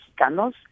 Mexicanos